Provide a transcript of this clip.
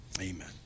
Amen